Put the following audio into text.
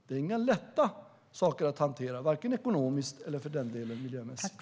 Det är inga lätta saker att hantera vare sig ekonomiskt eller för den delen miljömässigt.